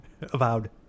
Avowed